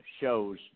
shows